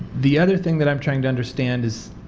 the other thing that i am trying to understand is,